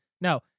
No